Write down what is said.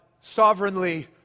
sovereignly